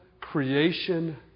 creation